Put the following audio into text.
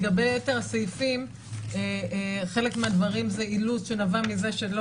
לגבי יתר הסעיפים חלק מהדברים זה אילוץ שנבע מזה שלא